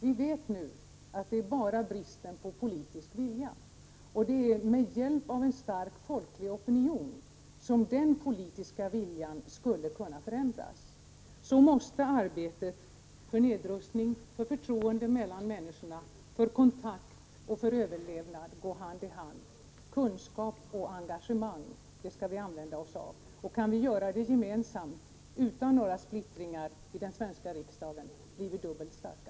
Vi vet nu att det bara beror på bristen på politisk vilja. Det är med hjälp av en stark folklig opinion som den politiska viljan skulle kunna förändras. Så måste arbetet för nedrustning, för förtroende mellan människorna, för kontakt och för överlevnad gå hand i hand. Kunskap och engagemang skall vi använda oss av, och kan vi göra det gemensamt utan någon splittring i den svenska riksdagen blir vi dubbelt starka.